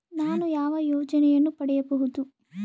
ನಾನು ಯಾವ ಯೋಜನೆಯನ್ನು ಪಡೆಯಬಹುದು?